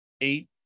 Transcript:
eight